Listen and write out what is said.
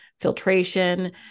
filtration